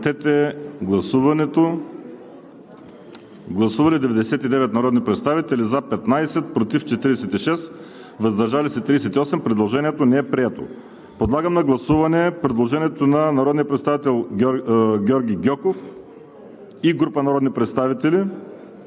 Гласували 88 народни представители: за 22, против 22, въздържали се 44. Предложението не е прието. Подлагам на гласуване следващото предложение – на народния представител Георги Гьоков и група народни представители,